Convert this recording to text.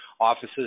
Offices